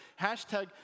hashtag